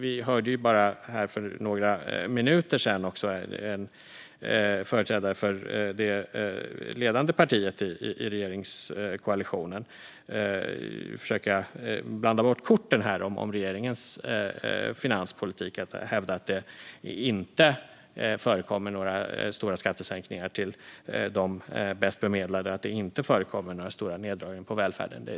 Vi hörde här för bara några minuter sedan en företrädare för det ledande partiet i regeringskoalitionen försöka blanda bort korten om regeringens finanspolitik och hävda att det inte förekommer några stora skattesänkningar till de bäst bemedlade och att det inte förekommer några stora neddragningar på välfärden.